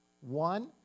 One